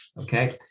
Okay